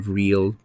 real